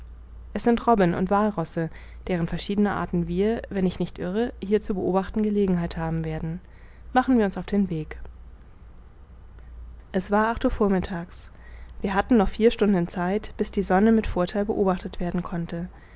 es sind robben und wallrosse deren verschiedene arten wir wenn ich nicht irre hier zu beobachten gelegenheit haben werden machen wir uns auf den weg es war acht uhr vormittags wir hatten noch vier stunden zeit bis die sonne mit vortheil beobachtet werden konnte